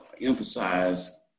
emphasize